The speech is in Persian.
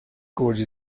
گرجی